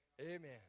Amen